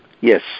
Yes